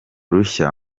rushya